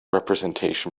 representation